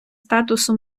статусу